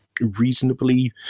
reasonably